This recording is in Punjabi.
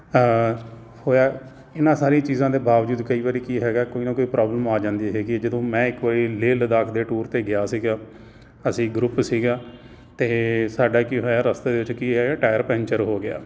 ਹੋਇਆ ਇਹਨਾਂ ਸਾਰੀਆਂ ਚੀਜ਼ਾਂ ਦੇ ਬਾਵਜੂਦ ਕਈ ਵਾਰੀ ਕੀ ਹੈਗਾ ਕੋਈ ਨਾ ਕੋਈ ਪ੍ਰੋਬਲਮ ਆ ਜਾਂਦੀ ਹੈਗੀ ਜਦੋਂ ਮੈਂ ਇੱਕ ਵਾਰੀ ਲੇਹ ਲੱਦਾਖ ਦੇ ਟੂਰ 'ਤੇ ਗਿਆ ਸੀਗਾ ਅਸੀਂ ਗਰੁੱਪ ਸੀਗਾ ਅਤੇ ਸਾਡਾ ਕੀ ਹੋਇਆ ਰਸਤੇ ਦੇ ਵਿੱਚ ਕੀ ਹੋਇਆ ਟਾਇਰ ਪੈਂਚਰ ਹੋ ਗਿਆ